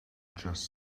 just